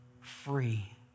free